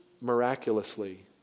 miraculously